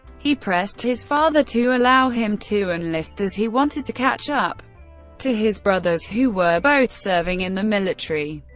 he pressed his father to allow him to enlist, as he wanted to catch up to his brothers who were both serving in the military.